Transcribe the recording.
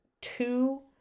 two